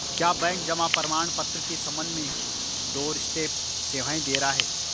क्या बैंक जमा प्रमाण पत्र के संबंध में डोरस्टेप सेवाएं दे रहा है?